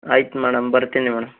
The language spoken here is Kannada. ಆಯ್ತು ಮೇಡಮ್ ಬರ್ತೀನಿ ಮೇಡಮ್